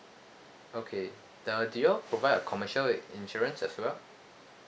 okay uh do you all provide a commercial insurance as well